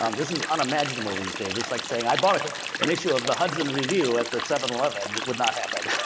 um this is unimaginable these days. it's like saying i bought an issue of the hudson review at the seven eleven. and it would not happen.